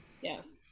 Yes